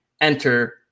enter